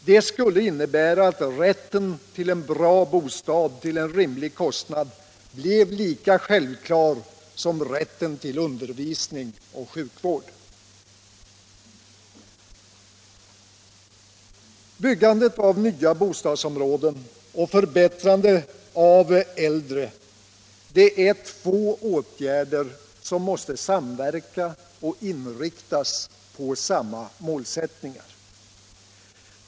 Den skulle innebära att rätten till en bra bostad till rimlig kostnad blev lika självklar som rätten till undervisning och sjukvård. Byggandet av nya bostadsområden och förbättrandet av äldre är två åtgärder som måste samverka och inriktas på samma målsättningar.